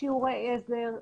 שיעורי עזר,